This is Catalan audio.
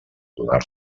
donar